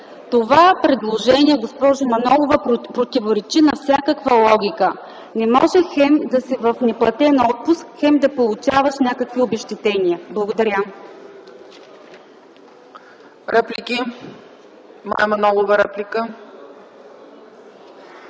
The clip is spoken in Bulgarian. Това предложение, госпожо Манолова, противоречи на всякаква логика. Не може, хем да си в неплатен отпуск, хем да получаваш някакви обезщетения. Благодаря. ПРЕДСЕДАТЕЛ ЦЕЦКА ЦАЧЕВА : Реплики?